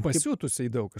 pasiutusiai daug